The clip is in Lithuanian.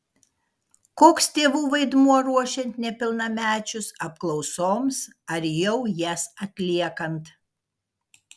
koks tėvų vaidmuo ruošiant nepilnamečius apklausoms ar jau jas atliekant